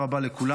תודה רבה לכולם,